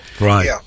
right